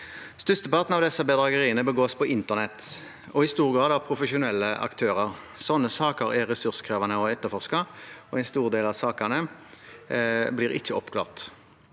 Størsteparten av disse bedrageriene begås på internett og i stor grad av profesjonelle aktører. Sånne saker er ressurskrevende å etterforske, og en stor del av sakene blir ikke oppklart.